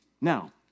Now